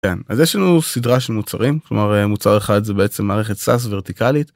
אז יש לנו סדרה של מוצרים כלומר מוצר אחד זה בעצם מערכת סס ורטיקלית.